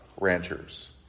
ranchers